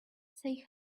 say